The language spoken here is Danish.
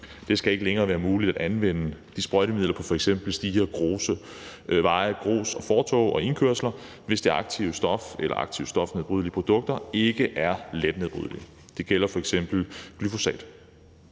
Det skal ikke længere være muligt at anvende de sprøjtemidler på f.eks. stier, grusveje, grusarealer , fortove og i indkørsler, hvis det aktive stof eller de aktive stofnedbrydelige produkter ikke er letnedbrydelige. Det gælder f.eks. glyfosat.